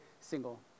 single